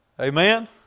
Amen